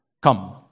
Come